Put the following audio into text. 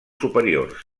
superior